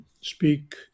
speak